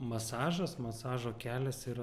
masažas masažo kelias yra